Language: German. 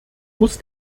muss